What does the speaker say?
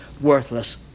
worthless